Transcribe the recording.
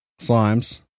slimes